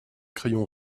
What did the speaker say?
crayon